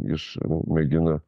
jis mėgina